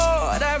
Lord